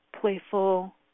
playful